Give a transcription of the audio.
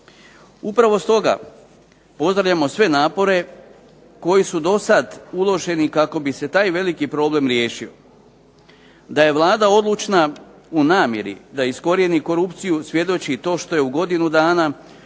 Upravo stoga pozdravljamo sve napore koji su dosad uloženi kako bi se taj veliki problem riješio. Da je Vlada odlučna u namjeri da iskorijeni korupciju svjedoči to što je u godinu dana